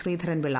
Sreedharan Pillai